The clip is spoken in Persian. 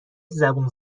زبون